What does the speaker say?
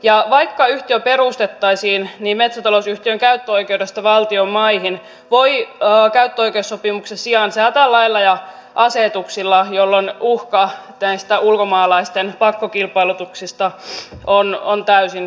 ja vaikka yhtiö perustettaisiin niin metsätalousyhtiön käyttöoikeudesta valtion maihin voi käyttöoikeussopimuksen sijaan säätää lailla ja asetuksilla jolloin uhka näistä ulkomaalaisten pakkokilpailutuksista on täysin keksitty